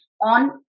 on